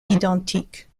identiques